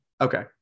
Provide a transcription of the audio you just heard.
Okay